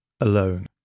alone